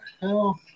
hell